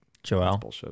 Joel